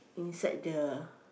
inside the